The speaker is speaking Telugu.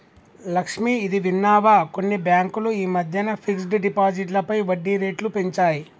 లక్ష్మి, ఇది విన్నావా కొన్ని బ్యాంకులు ఈ మధ్యన ఫిక్స్డ్ డిపాజిట్లపై వడ్డీ రేట్లు పెంచాయి